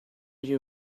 you